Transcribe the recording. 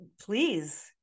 please